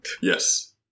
Yes